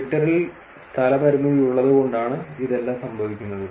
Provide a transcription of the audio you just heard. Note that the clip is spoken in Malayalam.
ട്വിറ്ററിൽ സ്ഥലപരിമിതി ഉള്ളതുകൊണ്ടാണ് ഇതെല്ലാം സംഭവിക്കുന്നത്